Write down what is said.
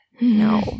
no